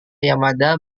yamada